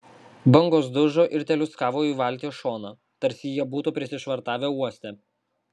bangos dužo ir teliūskavo į valties šoną tarsi jie būtų prisišvartavę uoste